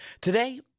Today